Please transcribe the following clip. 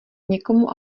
někomu